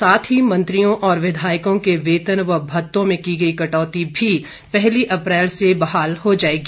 साथ ही मंत्रियों और विधायकों के वेतन व भत्तों में की गई कटौती भी पहली अप्रैल से बहाल हो जाएगी